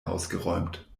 ausgeräumt